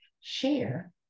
share